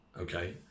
Okay